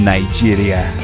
Nigeria